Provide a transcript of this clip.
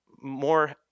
more